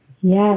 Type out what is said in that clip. Yes